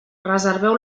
reserveu